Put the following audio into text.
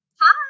Hi